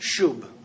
shub